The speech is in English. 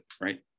right